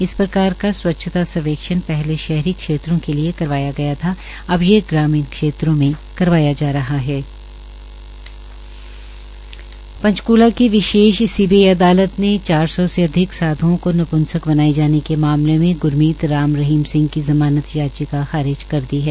इस प्रकार की स्वच्छता सर्वेक्षण पहले शहरी क्षेत्रों के लिए करवाया गयाथा अब से ग्रामीण क्षेत्रों में करवाया जा रहा है पंचकूला की विशेष सीबीआई अदालत ने चार सौ से अधिक साध्ओं को नंप्सक बनाए जाने के मामले में ग्रमीत राम रहीम की जमानत याचिका खारिज कर दी है